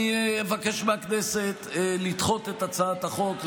שאני אבקש מהכנסת לדחות את הצעת החוק,